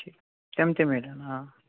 ٹھیٖک تِم تہِ میلَن آ